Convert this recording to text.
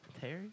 Terry